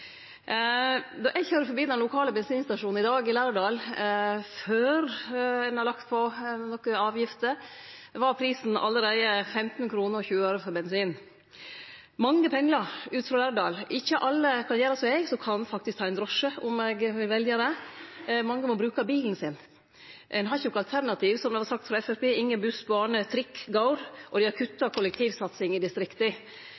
då budsjettforliket vart kjent. Då eg køyrde forbi den lokale bensinstasjonen i Lærdal i dag, før ein hadde lagt på nokre avgifter, var bensinprisen allereie 15,20 kr. Mange pendlar ut frå Lærdal. Ikkje alle kan gjere som eg, som faktisk kan ta ein drosje om eg vel det; mange må bruke bilen sin. Ein har ikkje noko alternativ, som det vart sagt frå Framstegspartiet. Ingen buss, bane eller trikk går, og dei har